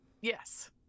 Yes